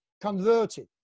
converted